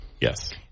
Yes